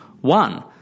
one